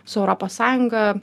su europos sąjunga